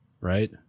right